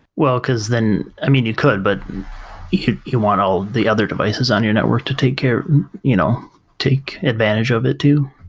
well, because then i mean, you could, but you you want all the other devices on your network to take care you know take advantage of it too.